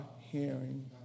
hearing